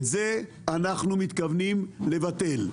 את זה אנחנו מתכוונים לבטל.